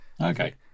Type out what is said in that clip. Okay